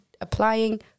applying